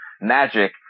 magic